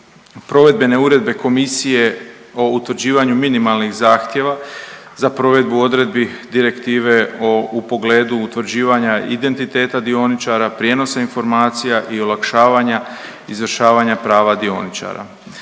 provedbene uredbe Komisije o utvrđivanju minimalnih zahtjeva za provedbu odredbi Direktive u pogledu utvrđivanja identiteta dioničara, prijenosa informacija i olakšavanja izvršavanja prava dioničara.